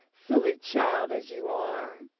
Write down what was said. silly child as you are.